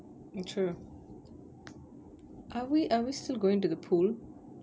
are we are we still going to the pool